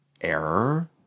error